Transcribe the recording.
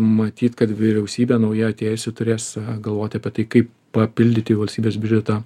matyt kad vyriausybė nauja atėjusi turės galvoti apie tai kaip papildyti valstybės biudžetą